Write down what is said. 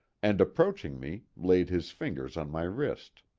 and approaching me, laid his fingers on my wrist.